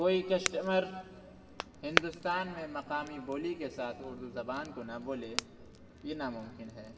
کوئی کسٹمر ہندوستان میں مقامی بولی کے ساتھ اردو زبان کو نہ بولے یہ ناممکن ہے